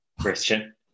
Christian